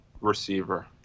receiver